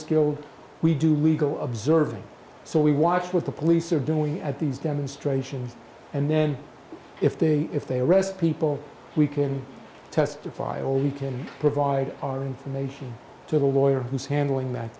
skilled we do we go observing so we watch what the police are doing at these demonstrations and then if they if they arrest people we can testify or we can provide our information to the lawyer who's handling that